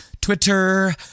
Twitter